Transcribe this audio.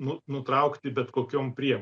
nu nutraukti bet kokiom priem